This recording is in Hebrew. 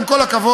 עם כל הכבוד,